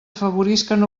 afavorisquen